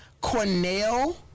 Cornell